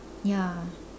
ya